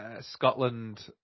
Scotland